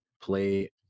play